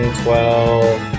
twelve